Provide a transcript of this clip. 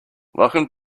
welcome